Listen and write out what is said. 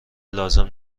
لازم